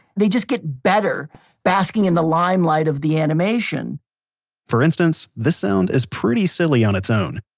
they just get better basking in the limelight of the animation for instance, this sound is pretty silly on its own